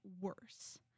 worse